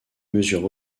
mesure